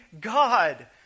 God